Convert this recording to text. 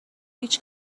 هیچ